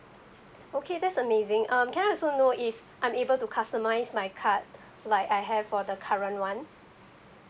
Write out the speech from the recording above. okay that's amazing um can I also know if I'm able to customise my card like I have for the current one